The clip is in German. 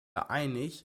einig